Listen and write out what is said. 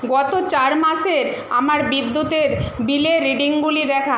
গত চার মাসের আমার বিদ্যুতের বিলের রিডিংগুলি দেখান